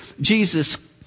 Jesus